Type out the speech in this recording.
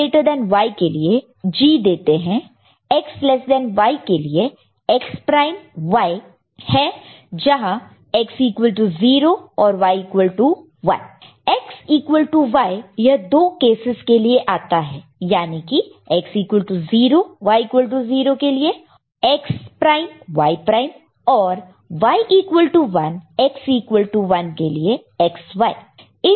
X less than Y के लिए X prime Y है जहां X0 और Y1 X equal to Y यह दो कैसस के लिए आता है याने की X0 Y0 के लिए X प्राइम Y प्राइम और X1Y1 के लिए XY